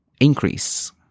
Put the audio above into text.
increase